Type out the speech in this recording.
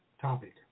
topic